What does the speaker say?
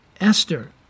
Esther